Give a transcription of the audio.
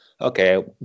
Okay